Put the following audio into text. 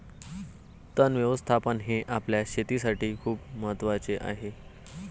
तण व्यवस्थापन हे आपल्या शेतीसाठी खूप महत्वाचे आहे